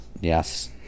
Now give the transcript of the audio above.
Yes